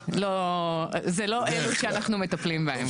לא, זה לא אלה שאנחנו מטפלים בהם.